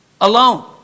alone